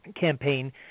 campaign